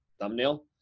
thumbnail